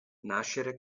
nascere